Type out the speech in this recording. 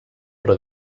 però